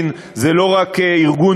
זה לא רק משפחת לייקין,